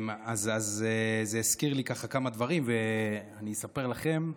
זה הזכיר לי כמה דברים, ואני אספר לכם,